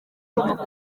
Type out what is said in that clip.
trump